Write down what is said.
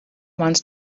wants